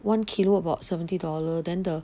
one kilo about seventy dollar than the